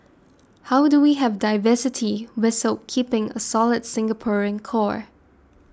how do we have diversity whistle keeping a solid Singaporean core